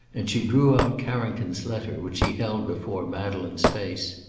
and she drew out carrington's letter, which she held before madeleine's face.